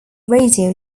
radio